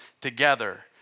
together